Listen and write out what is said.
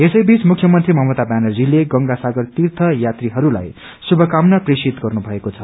यसैबीच मुख्यमन्त्री ममता ब्यानर्जीले गंगा सागर तीर्थ यात्रीहरूलाई श्रुभकामना प्रेसित गर्नुभएको छ